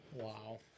wow